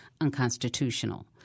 unconstitutional